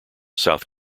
south